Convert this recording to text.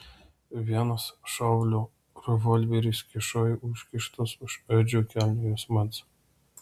vienas šaulio revolveris kyšojo užkištas už edžio kelnių juosmens